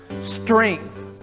strength